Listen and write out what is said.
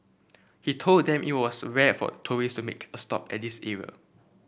he told them it was rare for tourist to make a stop at this era